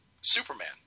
Superman